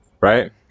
right